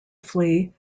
flee